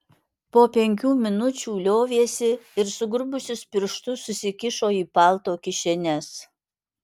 po penkių minučių liovėsi ir sugrubusius piršus susikišo į palto kišenes